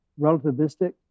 relativistic